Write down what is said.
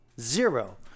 zero